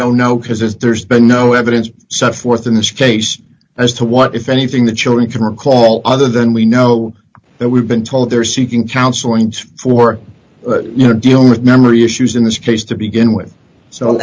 don't know because there's been no evidence set forth in this case as to what if anything the children can recall other than we know that we've been told they're seeking counseling for you know dealing with memory issues in this case to begin with so